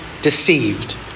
Deceived